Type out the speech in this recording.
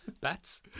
Bats